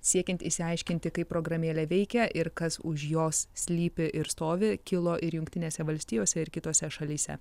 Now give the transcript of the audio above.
siekiant išsiaiškinti kaip programėlė veikia ir kas už jos slypi ir stovi kilo ir jungtinėse valstijose ir kitose šalyse